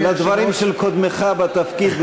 הדברים של קודמך בתפקיד,